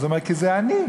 אז הוא אומר: כי זה אני.